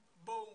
בואו,